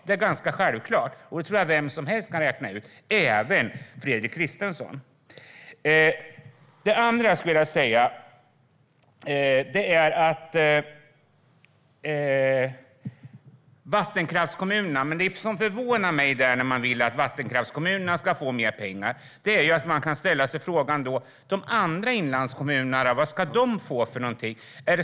Det är ganska självklart, och det tror jag att vem som helst kan räkna ut - även Fredrik Christensson. När det gäller att ni vill att vattenkraftskommunerna ska få mer pengar kan man ställa sig frågan vad de andra inlandskommunerna ska få.